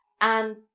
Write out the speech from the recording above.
And—